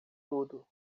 tudo